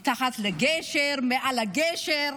מתחת לגשר, מעל הגשר?